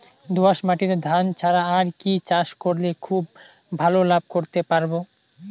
দোয়াস মাটিতে ধান ছাড়া আর কি চাষ করলে খুব ভাল লাভ করতে পারব?